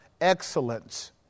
excellence